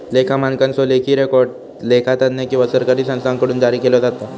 लेखा मानकांचो लेखी रेकॉर्ड लेखा तज्ञ किंवा सरकारी संस्थांकडुन जारी केलो जाता